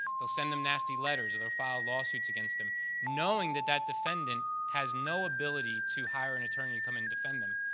they'll send them nasty letters or they'll file lawsuits against them knowing that that defendant has no ability to hire an attorney to come and defend them.